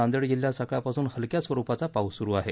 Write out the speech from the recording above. नांदेड जिल्ह्यात सकाळपासून हलक्या स्वरुपाचा पाऊस सुरू आहे